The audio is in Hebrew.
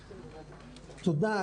תודה,